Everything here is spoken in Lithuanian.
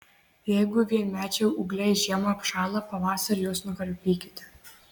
jeigu vienmečiai ūgliai žiemą apšąla pavasarį juos nukarpykite